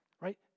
right